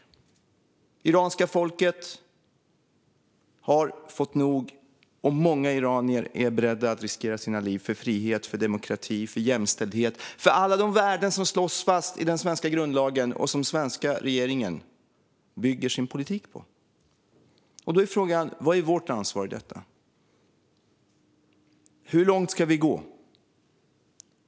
Det iranska folket har fått nog, och många iranier är beredda att riskera sina liv för frihet, för demokrati, för jämställdhet och för alla de värden som slås fast i den svenska grundlagen och som den svenska regeringen bygger sin politik på. Då är frågan: Vad är vårt ansvar i detta? Hur långt ska vi gå?